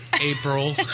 April